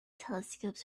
telescopes